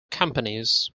companies